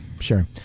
Sure